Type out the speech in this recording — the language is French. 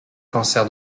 cancer